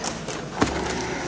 Hvala